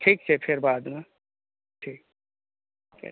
ठीक छै फेर बाद मे ठीक